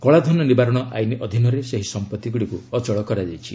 କଳାଧନ ନିବାରଣ ଆଇନ୍ ଅଧୀନରେ ସେହି ସମ୍ପତ୍ତି ଗୁଡ଼ିକୁ ଅଚଳ କରାଯାଇଛି